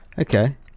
Okay